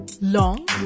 Long